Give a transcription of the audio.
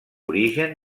origen